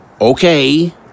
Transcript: Okay